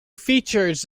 features